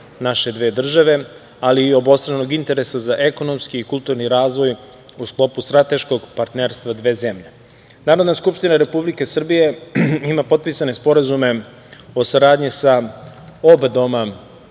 naše dve države, ali i obostranog interesa za ekonomski i kulturni razvoj u sklopu strateškog partnerstva dve zemlje. Narodna Skupština Republike Srbije ima potpisane sporazume o saradnji sa oba doma